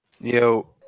Yo